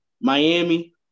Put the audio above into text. Miami